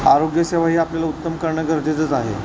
आरोग्य सेवाही आपल्याला उत्तम करणं गरजेचंच आहे